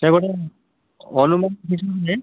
ସେ ଗୋଟେ ଅନୁମାନିକ